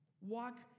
Walk